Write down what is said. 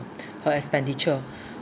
her expenditure